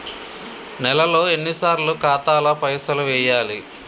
నెలలో ఎన్నిసార్లు ఖాతాల పైసలు వెయ్యాలి?